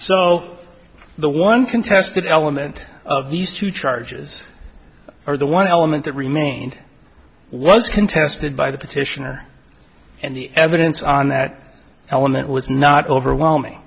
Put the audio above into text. so the one contested element of these two charges or the one element that remained was contested by the petitioner and the evidence on that element was not overwhelming